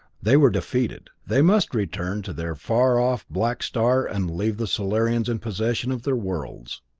they were defeated. they must return to their far-off black star and leave the solarians in possession of their worlds.